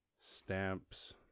stamps